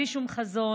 בלי שום חזון,